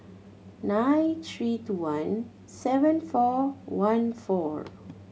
nine three two one seven four one four